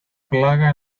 plaga